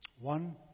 One